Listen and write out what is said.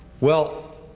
well,